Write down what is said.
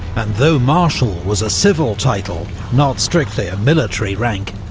and though marshal was a civil title, not strictly a military rank,